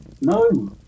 No